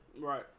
Right